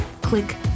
click